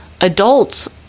adults